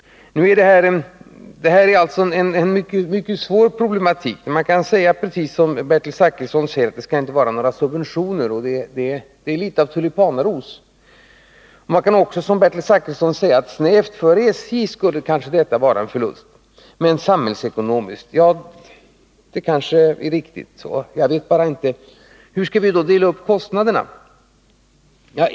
Det här är alltså en mycket svår problematik. Man kan säga precis som Bertil Zachrisson att det inte skall vara några subventioner. Det är emellertid litet av tulipanaros. Som Bertil Zachrisson kan man också säga att detta skulle vara en förlust, sett snävt ur SJ:s synvinkel, medan det samhällsekonomiskt inte skulle vara det. Det är kanske riktigt. Jag vet bara inte hur vi skall dela upp kostnaderna.